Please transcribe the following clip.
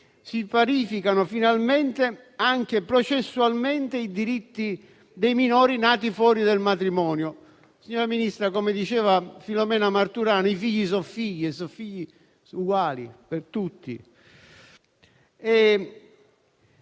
Si parificano finalmente, anche processualmente, i diritti dei minori nati fuori del matrimonio. Signora Ministra, come diceva Filumena Marturano, «i figli sono figli e sono tutti uguali».